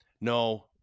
No